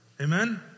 Amen